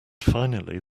finally